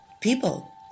People